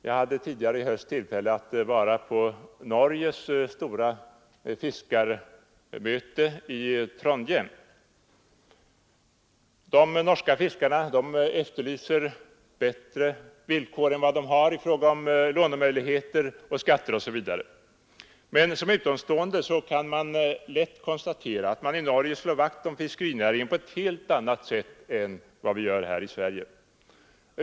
Jag hade tidigare i höst tillfälle att vara med på Norges stora fiskarmöte i Trondheim. De norska fiskarna efterlyser bättre villkor än vad de nu har i fråga om lån, skatter osv. Men en utomstående kan lätt konstatera att man i Norge slår vakt om fiskerinäringen på ett helt annat sätt än vi gör här i Sverige.